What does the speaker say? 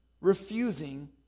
refusing